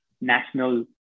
national